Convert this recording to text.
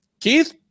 Keith